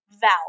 Val